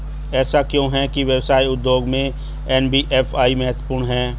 ऐसा क्यों है कि व्यवसाय उद्योग में एन.बी.एफ.आई महत्वपूर्ण है?